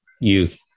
Youth